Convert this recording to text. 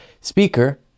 speaker